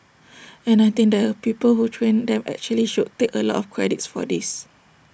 and I think the people who trained them actually should take A lot of credits for this